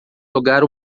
jogar